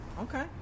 Okay